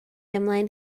ymlaen